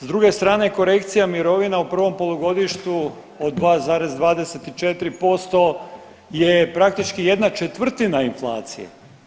S druge strane, korekcija mirovina u prvom polugodištu od 2,24% je praktički jedna četvrtina inflacije.